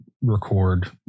record